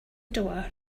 door